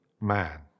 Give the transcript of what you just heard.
man